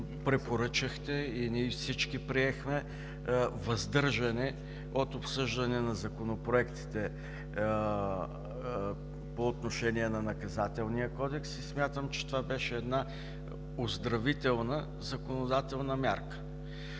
препоръчахте и всички приехме въздържане от обсъждане на законопроектите по отношение на Наказателния кодекс. Смятам, че това беше оздравителна законодателна мярка.